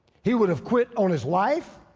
he would have quit on his life.